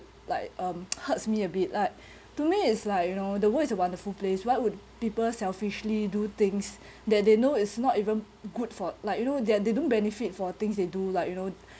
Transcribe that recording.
like um hurts me a bit like to me is like you know the world is a wonderful place why would people selfishly do things that they know it's not even good for like you know they're they don't benefit for things they do like you know